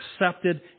accepted